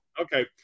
Okay